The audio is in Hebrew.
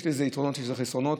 יש לזה יתרונות, יש לזה חסרונות.